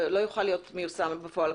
ולא יוכל להיות מיושם בפועל.